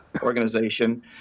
organization